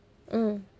mm